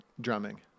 drumming